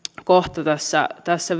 kohta tässä tässä